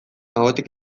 ahotik